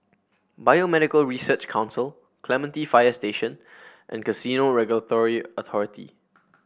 Biomedical Research Council Clementi Fire Station and Casino Regulatory Authority